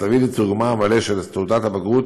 להביא לתרגומה המלא של תעודת הבגרות